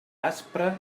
aspra